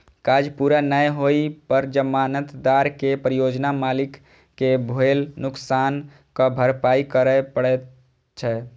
काज पूरा नै होइ पर जमानतदार कें परियोजना मालिक कें भेल नुकसानक भरपाइ करय पड़ै छै